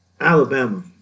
Alabama